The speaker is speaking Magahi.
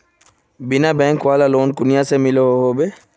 बिना बैंक वाला लोन कुनियाँ से मिलोहो होबे?